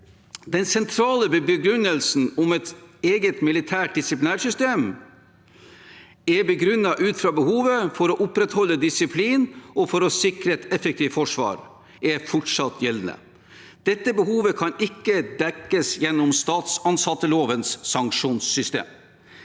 Den sentrale begrunnelsen om et eget militært disiplinærsystem begrunnet ut fra behovet for å opprettholde disiplin og for å sikre et effektivt forsvar er fortsatt gjeldende. Dette behovet kan ikke dekkes gjennom statsansattlovens sanksjonssystem.